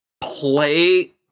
play